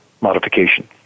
modification